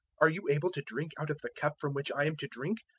are you able to drink out of the cup from which i am to drink,